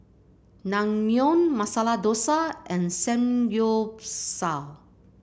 Naengmyeon Masala Dosa and Samgyeopsal